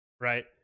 right